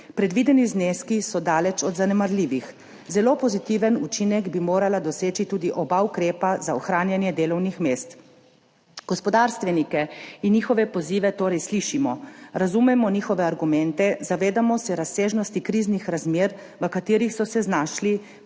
Predvideni zneski so daleč od zanemarljivih. Zelo pozitiven učinek bi morala doseči tudi oba ukrepa za ohranjanje delovnih mest. Gospodarstvenike in njihove pozive torej slišimo, razumemo njihove argumente, zavedamo se razsežnosti kriznih razmer, v katerih so se znašli,